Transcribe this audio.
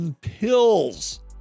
pills